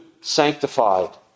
sanctified